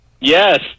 Yes